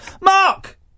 Mark